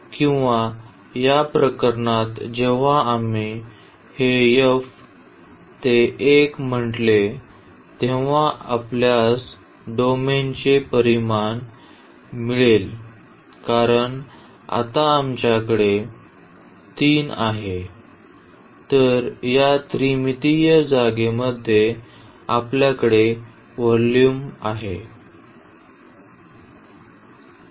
किंवा या प्रकरणात जेव्हा आम्ही हे f ते 1 म्हटले तेव्हा आपल्यास डोमेनचे परिमाण मिळेल कारण आता आपल्याकडे तीन आहे तर या त्रिमितीय जागेमध्ये आपल्याकडे व्हॉल्यूम आहे